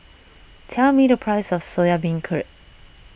tell me the price of Soya Beancurd